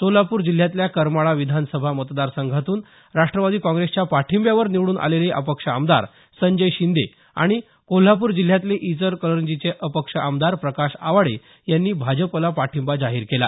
सोलापूर जिल्ह्यातल्या करमाळा विधानसभा मतदारसंघातून राष्ट्रवादी काँग्रेसच्या पाठिंब्यावर निवडून आलेले अपक्ष आमदार संजय शिंदे आणि कोल्हापूर जिल्ह्यातले इचलकरंजीचे अपक्ष आमदार प्रकाश आवाडे यांनी भाजपला पाठिंबा जाहीर केला